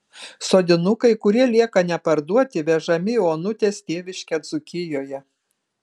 sodinukai kurie lieka neparduoti vežami į onutės tėviškę dzūkijoje